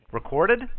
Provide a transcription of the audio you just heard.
Recorded